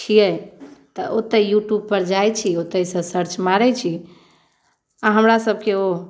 छियै तऽ ओतहि यूट्यूबपर जाइत छी ओतहिसँ सर्च मारैत छी आ हमरासभके ओ